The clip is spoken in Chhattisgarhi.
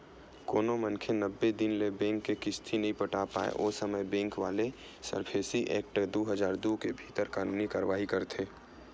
कोनो मनखे नब्बे दिन ले बेंक के किस्ती नइ पटा पाय ओ समे बेंक वाले सरफेसी एक्ट दू हजार दू के भीतर कानूनी कारवाही करथे